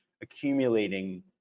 accumulating